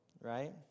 right